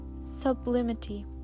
sublimity